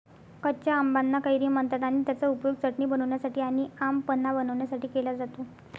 कच्या आंबाना कैरी म्हणतात आणि त्याचा उपयोग चटणी बनवण्यासाठी आणी आम पन्हा बनवण्यासाठी केला जातो